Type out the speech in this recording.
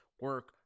Work